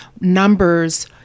numbers